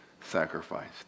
sacrificed